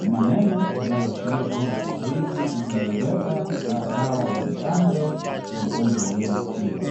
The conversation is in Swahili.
maneno yanayoashiria kuwa chupa hizi zimebebea dawa ya chanjo ya ugonjwa wa Yellow fever.